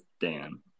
Dan